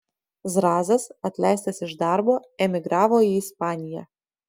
zrazas atleistas iš darbo emigravo į ispaniją